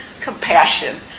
compassion